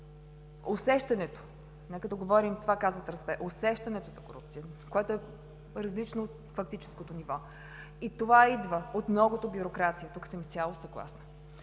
усещане, което е различно от фактическото ниво, идва от многото бюрокрация. Тук съм изцяло съгласна